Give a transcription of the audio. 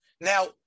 Now